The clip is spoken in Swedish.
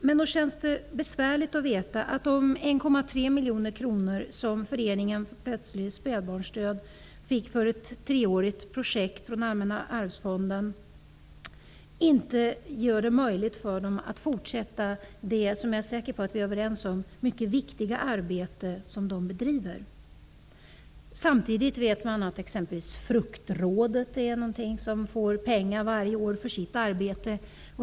Men nog känns det besvärligt att veta att de 1,3 miljoner kronor som Föräldraföreningen Plötslig spädbarnsdöd fick från Allmänna arvsfonden för ett treårigt projekt inte gör det möjligt för föreningen att fortsätta det -- som jag är säker på att vi är överens om -- mycket viktiga arbete som den bedriver. Samtidigt vet vi att exempelvis Fruktrådet får pengar varje år för sitt arbete.